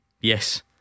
Yes